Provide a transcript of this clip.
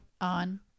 On